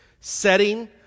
setting